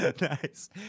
Nice